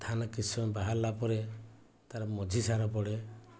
ଧାନ କିଛି ସମୟ ବାହାରିଲା ପରେ ତାର ମଝି ସାର ପଡ଼େ